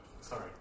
sorry